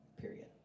period